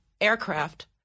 aircraft